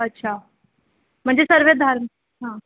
अच्छा म्हणजे सर्व धार हां